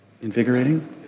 Invigorating